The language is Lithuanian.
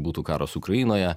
būtų karas ukrainoje